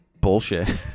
bullshit